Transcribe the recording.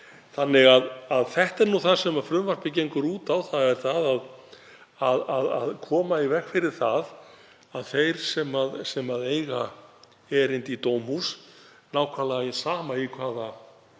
Þannig að þetta er það sem frumvarpið gengur út á, að koma í veg fyrir að þeir sem eiga erindi í dómhús, nákvæmlega sama í hvaða